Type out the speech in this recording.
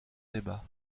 débat